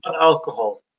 alcohol